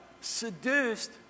seduced